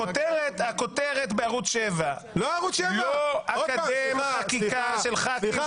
הכותרת בערוץ 7: לא אקדם חקיקה של ח"כים